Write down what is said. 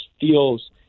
feels